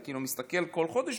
אתה כאילו מסתכל כל חודש,